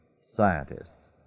scientists